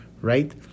right